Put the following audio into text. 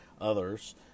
others